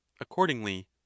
accordingly